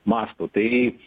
mastu tai